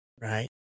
right